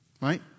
Right